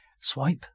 swipe